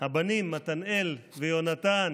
הבנים מתנאל ויונתן,